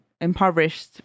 impoverished